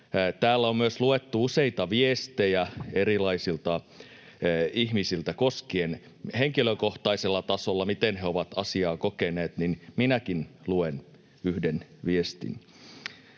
täällä on myös luettu useita viestejä erilaisilta ihmisiltä koskien henkilökohtaisella tasolla, miten he ovat asiaa kokeneet, niin minäkin luen yhden viestin.